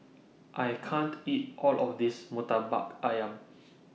I can't eat All of This Murtabak Ayam